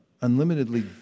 unlimitedly